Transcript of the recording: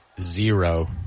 zero